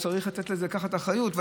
הוא צריך לקחת אחריות.